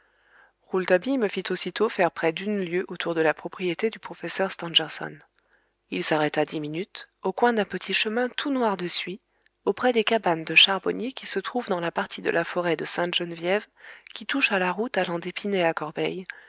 rouletabille me fit aussitôt faire près d'une lieue autour de la propriété du professeur stangerson il s'arrêta dix minutes au coin d'un petit chemin tout noir de suie auprès des cabanes de charbonniers qui se trouvent dans la partie de la forêt de sainte-geneviève qui touche à la route allant d'épinay à